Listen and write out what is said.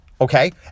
Okay